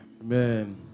amen